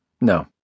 no